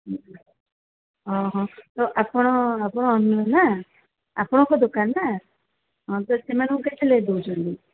ହୁଁ ହଁ ହଁ ତ ଆପଣ ଆପଣ ଓନର୍ ନା ଆପଣଙ୍କ ଦୋକାନ ନା ହଁ ତ ସେମାନଙ୍କୁ କେତେ ସାଲେରୀ ଦେଉଛନ୍ତି